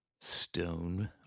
Stone